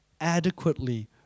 adequately